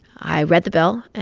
i read the bill,